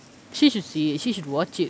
she should see it she should watch it